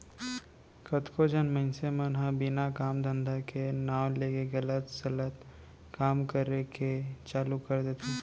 कतको झन मनसे मन ह बिना काम धंधा के नांव लेके गलत सलत काम करे के चालू कर देथे